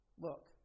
Look